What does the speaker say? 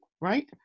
right